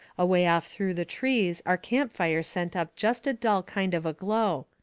away off through the trees our camp fire sent up jest a dull kind of a glow.